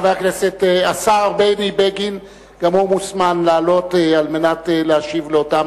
חבר הכנסת השר בני בגין גם הוא מוזמן לעלות על מנת להשיב לאותם